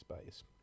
space